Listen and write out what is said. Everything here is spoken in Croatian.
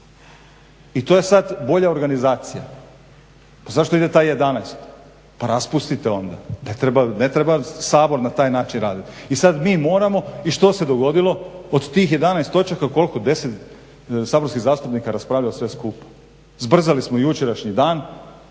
I to je sad bolja organizacija? Pa zašto ide taj jedanaesti? Raspustite onda, ne treba Sabor na taj način raditi. I sad mi moramo, i što se dogodilo? Od tih 11 točaka koliko 10 saborskih zastupnika je raspravljalo sve skupa. Zbrzali smo jučerašnji dan.